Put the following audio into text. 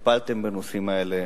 היה אצלכם וטיפלתם בנושאים האלה,